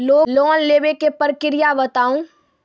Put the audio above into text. Loan लेवे के प्रक्रिया बताहू?